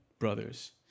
brothers